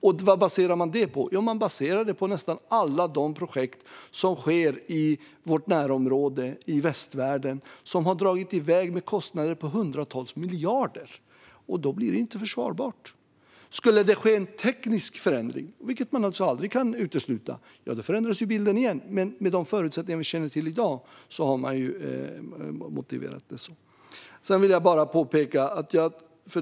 Detta baserar man på att nästan alla projekt i vårt närområde i västvärlden har dragit iväg med kostnader på hundratals miljarder. Då blir det inte försvarbart. Om det skulle ske en teknisk förändring, vilket man aldrig kan utesluta, förändras i bilden igen, men så motiveras det utifrån de förutsättningar vi känner till i dag. Sedan vill jag påpeka något.